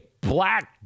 Black